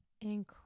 incredible